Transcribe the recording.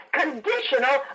conditional